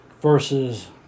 versus